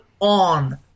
on